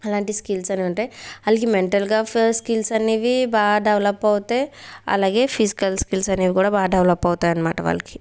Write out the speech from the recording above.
అలాంటి స్కిల్స్ అనేవి ఉంటాయి వాళ్ళకి మెంటల్గా ఫర్ స్కిల్స్ అనేవి బాగా డెవలప్ అవుతాయి అలాగే ఫిజికల్ స్కిల్స్ అనేవి కూడా బాగా డెవలప్ అవుతాయి అన్నమాట వాళ్ళకి